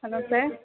hello sir